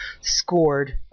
scored